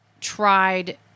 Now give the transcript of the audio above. tried